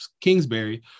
Kingsbury